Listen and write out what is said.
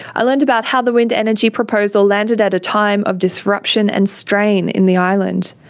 i learned about how the wind energy proposal landed at a time of disruption and strain in the island.